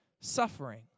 suffering